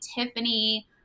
Tiffany